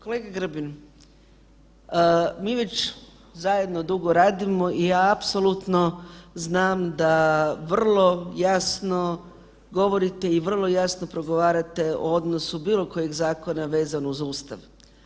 Kolega Grbin, mi već zajedno dugo radimo i ja apsolutno znam da vrlo jasno govorite i vrlo jasno progovarate o odnosu bilo kojeg zakona vezano uz Ustav.